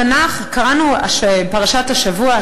קראנו בפרשת השבוע,